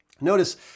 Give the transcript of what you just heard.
Notice